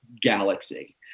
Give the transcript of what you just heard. galaxy